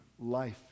life